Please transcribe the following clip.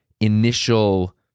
initial